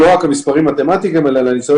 לא באמת קיבלתי תשובה על N וה-R,